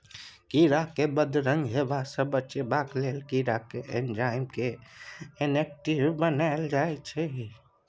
कीरा केँ बदरंग हेबा सँ बचेबाक लेल कीरा केर एंजाइम केँ इनेक्टिब बनाएल जाइ छै